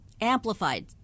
amplified